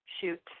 shoot